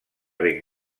ben